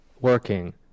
working